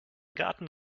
garten